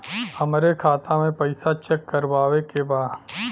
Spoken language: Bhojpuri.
हमरे खाता मे पैसा चेक करवावे के बा?